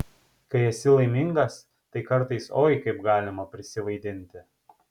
kai esi laimingas tai kartais oi kaip galima prisivaidinti